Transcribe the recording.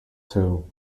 too